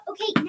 Okay